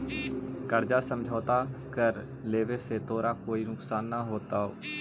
कर्जा समझौता कर लेवे से तोरा कोई नुकसान न होतवऽ